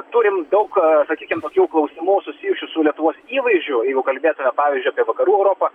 turim daug sakykim tokių klausimų susijusių su lietuvos įvaizdžiu jeigu kalbėtume pavyzdžiui apie vakarų europą